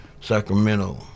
Sacramento